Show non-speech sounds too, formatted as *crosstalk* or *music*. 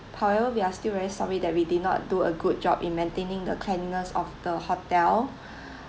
however we are still very sorry that we did not do a good job in maintaining the cleanliness of the hotel *breath*